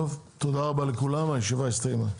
טוב, תודה רבה לכולם, הישיבה הסתיימה.